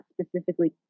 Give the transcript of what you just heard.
specifically